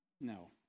No